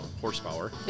horsepower